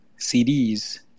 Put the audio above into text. CDs